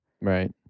Right